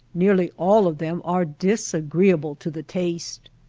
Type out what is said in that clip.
nearly all of them are disagreeable to the taste.